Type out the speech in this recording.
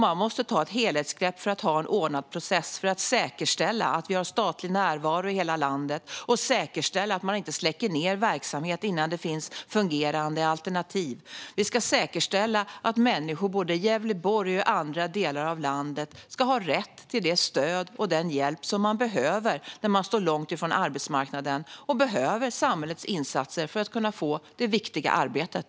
Man måste ta ett helhetsgrepp för att ha en ordnad process och säkerställa att vi har statlig närvaro i hela landet och säkerställa att man inte släcker ned verksamhet innan det finns fungerande alternativ. Vi ska säkerställa att människor både i Gävleborg och i andra delar av landet ska ha rätt till det stöd och den hjälp som man behöver när man står långt ifrån arbetsmarknaden och behöver samhällets insatser för att kunna få det viktiga arbetet.